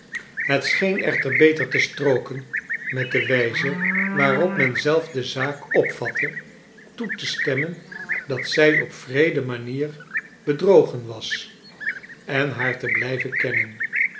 het scheen echter beter te strooken met de wijze waarop men zelf de zaak opvatte toe te stemmen dat zij op wreede manier bedrogeh was en haar te blijven kennen